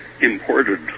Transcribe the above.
imported